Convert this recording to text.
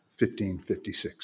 1556